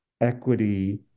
equity